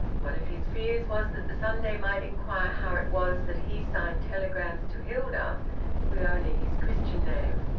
one of his fears was that the sunday might inquire how it was that he signed telegrams to hilda with only his christian name.